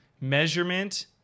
measurement